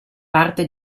parte